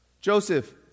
Joseph